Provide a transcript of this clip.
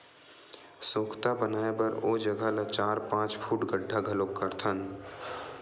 सोख्ता बनाए बर ओ जघा ल चार, पाँच फूट गड्ढ़ा घलोक करथन